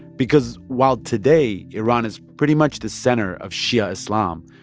because while today iran is pretty much the center of shia islam,